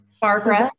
Barbara